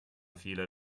viele